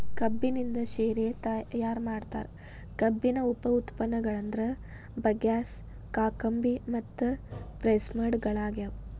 ಕಬ್ಬಿನಿಂದ ಶೇರೆ ತಯಾರ್ ಮಾಡ್ತಾರ, ಕಬ್ಬಿನ ಉಪ ಉತ್ಪನ್ನಗಳಂದ್ರ ಬಗ್ಯಾಸ್, ಕಾಕಂಬಿ ಮತ್ತು ಪ್ರೆಸ್ಮಡ್ ಗಳಗ್ಯಾವ